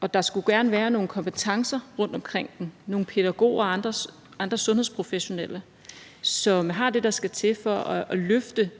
og der skulle gerne være nogle kompetencer rundtomkring dem, nogle pædagoger og andre sundhedsprofessionelle, som har det, der skal til for at løfte